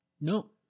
No